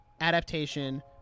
adaptation